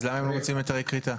אז למה הם לא מוציאים היתרי כריתה?